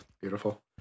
Beautiful